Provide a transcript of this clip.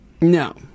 no